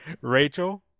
Rachel